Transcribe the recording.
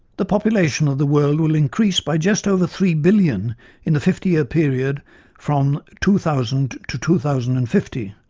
the population of the world will increase by just over three billion in the fifty year period from two thousand to two thousand and fifty,